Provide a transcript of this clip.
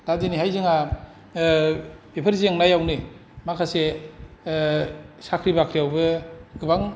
दा बिखायनो जोंहा बेफोर जेंनायावनो माखासे साख्रि बाख्रि आवबो गोबां